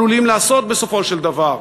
עלולים לעשות בסופו של דבר.